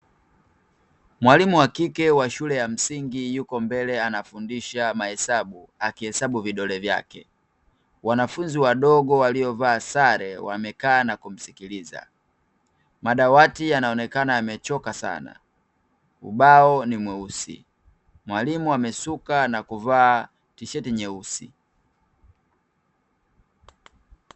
Mwilimu wa kike wa shule ya msingi yuko mbele anafundisha mahesabu akihesabu vidole vyake, wanafunzi wadogo waliovaa sare wamekaa na kumsikiliza. Madawati yanaonekana yamechoka sana ubao ni mweusi mwalimu amesuka na kuvaa tisheti nyeusi.